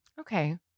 Okay